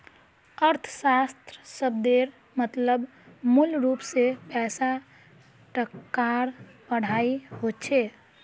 अर्थशाश्त्र शब्देर मतलब मूलरूप से पैसा टकार पढ़ाई होचे